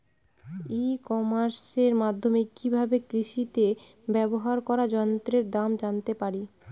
ই কমার্সের মাধ্যমে কি ভাবে কৃষিতে ব্যবহার করা যন্ত্রের দাম জানতে পারি?